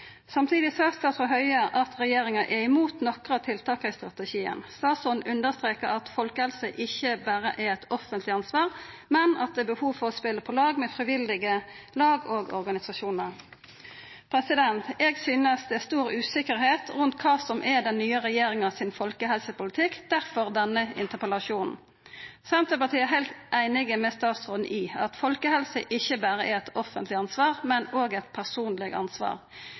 Samtidig sa statsråd Høie at regjeringa er imot nokre av tiltaka i strategien. Statsråden understreka at folkehelse ikkje berre er eit offentleg ansvar, men at det er behov for å spela på lag med frivillige lag og organisasjonar. Eg synest det er stor usikkerheit rundt kva som er den nye regjeringa sin folkehelsepolitikk – derfor denne interpellasjonen. Senterpartiet er heilt einig med statsråden i at folkehelse ikkje berre er eit offentleg ansvar, men òg eit personleg ansvar.